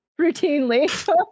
Routinely